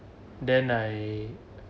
then I